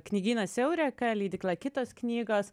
knygynas eureka leidykla kitos knygos